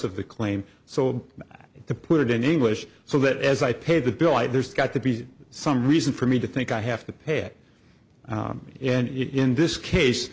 of the claim so to put it in english so that as i paid the bill and there's got to be some reason for me to think i have to pay it in this case